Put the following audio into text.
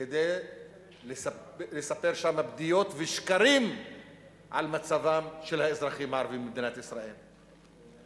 כדי לספר שם בדיות ושקרים על מצבם של האזרחים הערבים במדינת ישראל.